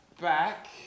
back